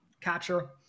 capture